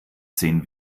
sehen